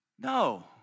No